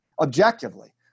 objectively